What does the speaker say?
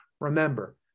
Remember